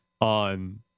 on